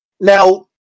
Now